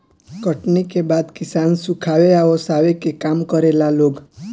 कटनी के बाद किसान सुखावे आ ओसावे के काम करेला लोग